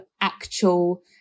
actual